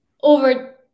Over